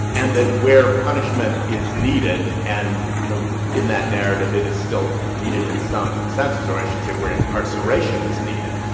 and that where punishment is needed, and you know in that narrative, it is still needed in some senses, or i should say where incarceration is needed,